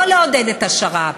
לא לעודד את השר"פ,